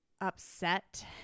upset